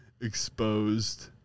Exposed